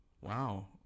Wow